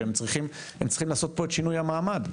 שהם צריכים לעשות פה את שינוי המעמד.